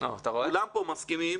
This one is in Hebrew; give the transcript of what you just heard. כולם כאן מסכימים,